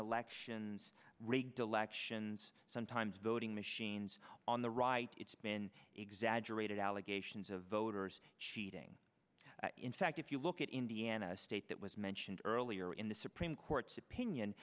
elections rigged elections sometimes voting machines on the right it's been exaggerated allegations of voters cheating in fact if you look at indiana state that was mentioned earlier in the supreme court's opinion